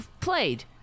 Played